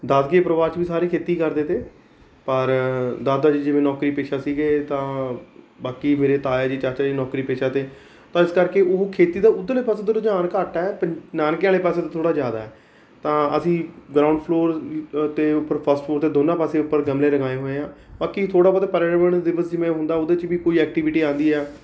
ਦਾਦਕੇ ਪਰਿਵਾਰ 'ਚ ਵੀ ਸਾਰੇ ਖੇਤੀ ਕਰਦੇ ਅਤੇ ਪਰ ਦਾਦਾ ਜੀ ਜਿਵੇਂ ਨੌਕਰੀ ਪੇਸ਼ਾ ਸੀਗੇ ਤਾਂ ਬਾਕੀ ਮੇਰੇ ਤਾਇਆ ਜੀ ਚਾਚਾ ਜੀ ਨੌਕਰੀ ਪੇਸ਼ਾ ਤੇ ਤਾਂ ਇਸ ਕਰਕੇ ਉਹ ਖੇਤੀ ਦਾ ਉੱਧਰਲੇ ਪਾਸੇ ਤੋਂ ਰੁਝਾਨ ਘੱਟ ਹੈ ਪਿੰ ਨਾਨਕੇ ਵਾਲੇ ਪਾਸੇ ਤੋਂ ਥੋੜ੍ਹਾ ਜ਼ਿਆਦਾ ਹੈ ਤਾਂ ਅਸੀਂ ਗਰਾਉਂਡ ਫਲੋਰ ਅਤੇ ਉੱਪਰ ਫਸਟ ਫਲੋਰ 'ਤੇ ਦੋਨਾਂ ਪਾਸੇ ਉੱਪਰ ਗਮਲੇ ਲਗਾਏ ਹੋਏ ਆ ਬਾਕੀ ਥੋੜ੍ਹਾ ਬਹੁਤਾ ਪਰਿਆਵਰਨ ਦਿਵਸ ਜਿਵੇਂ ਹੁੰਦਾ ਉਹਦੇ 'ਚ ਵੀ ਕੋਈ ਐਕਟਿਵੀ ਆਉਂਦੀ ਆ